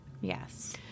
Yes